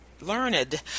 learned